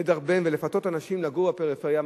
לדרבן ולפתות אנשים לגור בפריפריה.